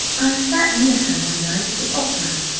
i sat near her one night at the opera,